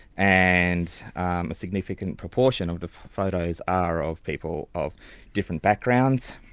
and a significant proportion of the photos are of people of different backgrounds,